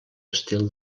estil